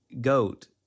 goat